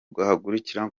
guhagarika